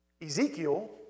Ezekiel